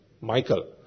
Michael